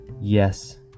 Yes